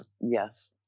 Yes